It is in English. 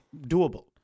doable